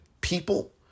people